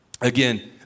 Again